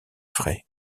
frais